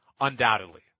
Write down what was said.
undoubtedly